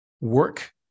work